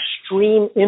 extreme